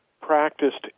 practiced